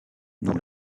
nous